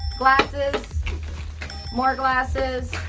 glasses more glasses,